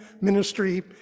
ministry